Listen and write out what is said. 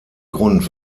grund